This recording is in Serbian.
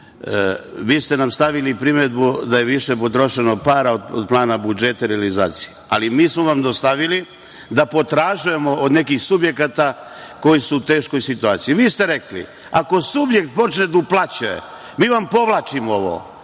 vi ste nam stavili primedbu da je više potrošeno para od plana budžeta realizacije, ali mi smo vam dostavili da potražujemo od nekih subjekata koji su u teškoj situaciji. Vi ste rekli – ako subjekt počne da uplaćuje, mi vam povlačimo ovo.